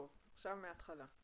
עכשיו נחזור להתחלה.